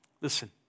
Listen